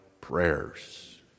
prayers